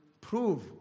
prove